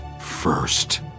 first